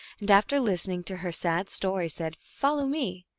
and after listening to her sad story said, follow me!